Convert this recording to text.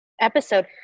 episode